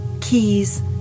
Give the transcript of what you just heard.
keys